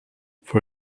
for